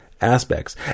aspects